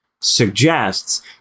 suggests